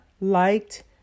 liked